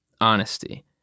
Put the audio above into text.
honesty